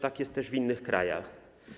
Tak jest też w innych krajach.